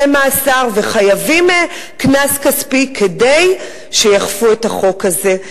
חייבים עונשי מאסר וחייבים קנס כספי כדי שיאכפו את החוק הזה.